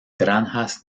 granjas